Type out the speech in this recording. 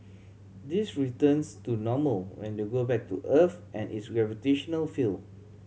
this returns to normal when they go back to Earth and its gravitational field